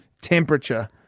temperature